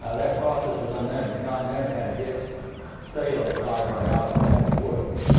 ah that process was unknown. it was not known how to get cellulose fiber out of out of wood,